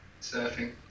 surfing